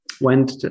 went